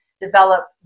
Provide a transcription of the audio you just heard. develop